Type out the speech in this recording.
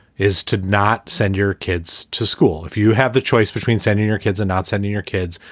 is to not send your kids to school. if you have the choice between sending your kids and not sending your kids.